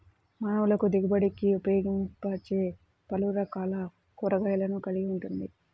మానవులకుదిగుబడినిఉపయోగించేపలురకాల కూరగాయలను కలిగి ఉంటుంది